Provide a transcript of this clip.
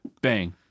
bang